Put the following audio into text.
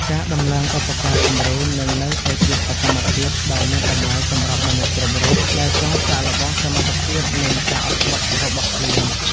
ការដំឡើងឧបករណ៍គំរូនឹងនៅតែជាសកម្មភាពដ៏មានតម្លៃសម្រាប់មនុស្សគ្រប់រូបដែលចង់សាកល្បងសមត្ថភាព និងការអត់ធ្មត់របស់ខ្លួន។